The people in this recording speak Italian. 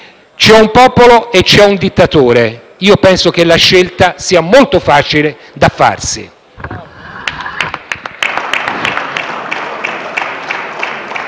C'è un popolo e c'è un dittatore. Io penso che la scelta sia molto facile da farsi.